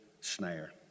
snare